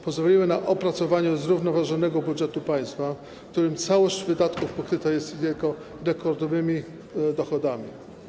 Pozwoliły też na opracowanie zrównoważonego budżetu państwa, w którym całość wydatków pokryta jest jego rekordowymi dochodami.